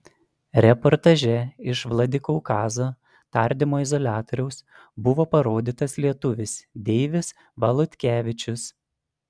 reportaže iš vladikaukazo tardymo izoliatoriaus buvo parodytas lietuvis deivis valutkevičius